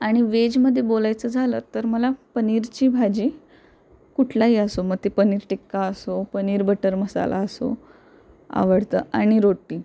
आणि वेजमध्ये बोलायचं झालं तर मला पनीरची भाजी कुठलाही असो मग ते पनीर टिक्का असो पनीर बटर मसाला असो आवडतं आणि रोटी